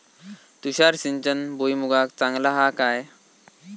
तुषार सिंचन भुईमुगाक चांगला हा काय?